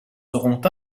seront